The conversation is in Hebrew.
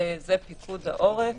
זה פיקוד העורף.